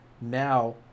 now